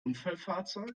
unfallfahrzeug